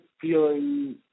feeling